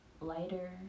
lighter